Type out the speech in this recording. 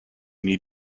need